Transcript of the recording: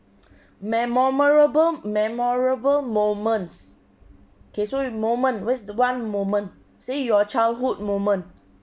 memorable memorable moments okay so moment where's one moment say your childhood moment